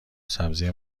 سبزی